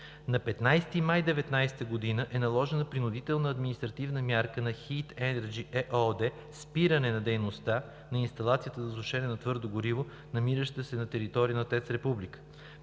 На 15 май 2019 г. е наложена принудителна административна мярка на „Хийт Енерджи“ ЕООД – спиране на дейността на инсталация за сушене на твърди горива, намираща се на територията на ТЕЦ „Република“.